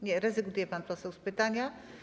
Nie, rezygnuje pan poseł z pytania.